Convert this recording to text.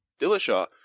dillashaw